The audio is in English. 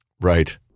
Right